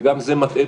וגם זה מטעה,